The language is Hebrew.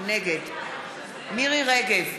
נגד מירי רגב,